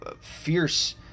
fierce